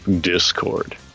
Discord